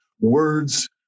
words